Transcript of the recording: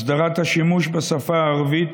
הסדרת השימוש בשפה הערבית